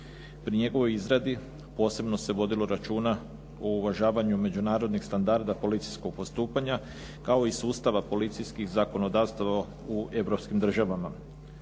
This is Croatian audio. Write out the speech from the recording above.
prijedloga zakona posebno se vodilo računa o uvažavanju međunarodnih standarda policijskog postupanja kao i sustava policijskih zakonodavstava u europskim državama